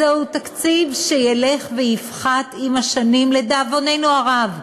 שזהו תקציב שילך ויפחת עם השנים, לדאבוננו הרב,